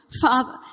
Father